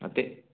ਅਤੇ